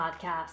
podcast